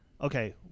okay